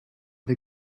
the